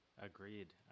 agreed